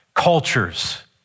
cultures